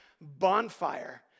bonfire